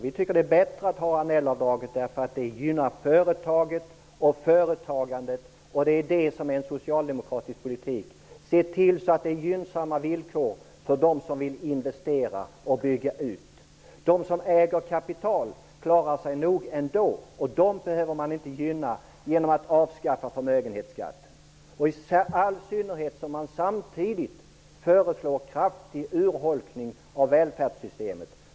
Vi tycker att det är bättre att ha Annellavdraget eftersom det gynnar företaget och företagandet. Detta är en socialdemokratisk politik. Vi skall se till att det är gynnsamma villkor för dem som vill investera och bygga ut. De som äger kapital klarar sig nog ändå. Dem behöver vi inte gynna genom att avskaffa förmögenhetsskatten. I all synnerhet som man samtidigt föreslår en kraftig urholkning av välfärdssystemet.